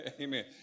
Amen